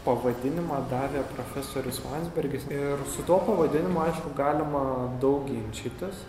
pavadinimą davė profesorius landsbergis ir su tuo pavadinimu aišku galima daug ginčytis